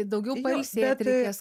daugiau pailsėt reikės